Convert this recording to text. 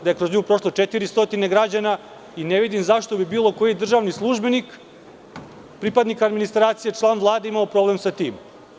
Kroz nju je prošlo 400 građana i ne vidim zašto bi bilo koji državni službenik, pripadnik administracije, član Vlade imao problem sa tim.